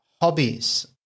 hobbies